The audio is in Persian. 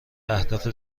اهداف